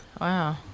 Wow